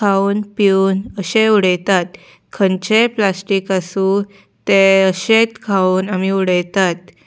खावन पिवन अशेय उडयतात खंयचेंय प्लास्टीक आसूं तें अशेंच खावन आमी उडयतात